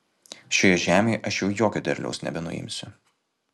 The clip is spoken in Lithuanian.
šioje žemėje aš jau jokio derliaus nebenuimsiu